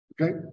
Okay